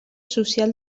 social